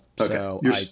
Okay